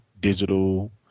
digital